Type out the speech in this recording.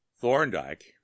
thorndyke